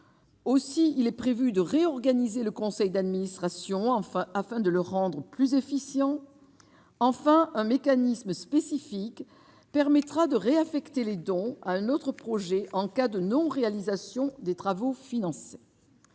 aussi, il est prévu de réorganiser le conseil d'administration, enfin, afin de le rendre plus efficient, enfin un mécanisme spécifique permettra de réaffecter les dons, un autre projet en cas de non réalisation des travaux financés,